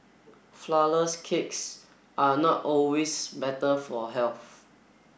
flourless cakes are not always better for health